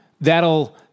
that'll